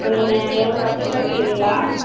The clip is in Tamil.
இப்போ நீங்கள் எவ்வளோ பத்துக்கிலோ கேக்குறீங்களா